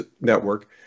Network